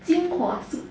精华素